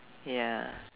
ya